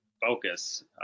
focus